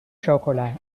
chocola